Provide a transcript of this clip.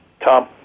Tom